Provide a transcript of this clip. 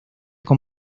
con